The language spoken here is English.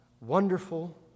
wonderful